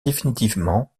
définitivement